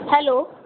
hello